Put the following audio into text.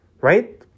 right